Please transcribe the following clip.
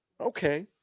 Okay